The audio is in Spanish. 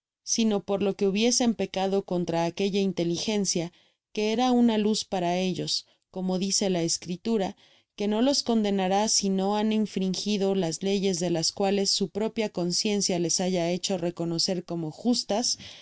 sino por lo que hubiesen pecado contra aquella inteligencia que era una luz para ellos como dice la escritura que no los condonará si no han infringido las reglas de las cuales su propia conciencia les haya heeho reconocer como justas